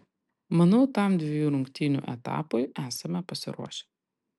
manau tam dviejų rungtynių etapui esame pasiruošę